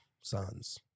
sons